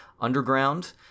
Underground